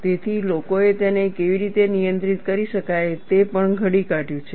તેથી લોકોએ તેને કેવી રીતે નિયંત્રિત કરી શકાય તે પણ ઘડી કાઢ્યું છે